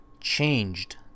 changed